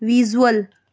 visual